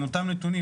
עם אותם נתונים,